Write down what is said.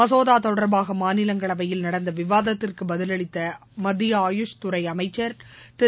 மசோதா தொடர்பாக மாநிலங்களவையில் நடந்த விவாதத்திற்கு பதிலளித்த மத்திய ஆயுஷ் துறை அமைச்சள் திரு